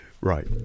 Right